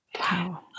Wow